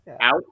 Out